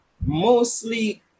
Mostly